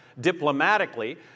diplomatically